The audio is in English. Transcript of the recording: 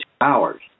hours